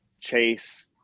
chase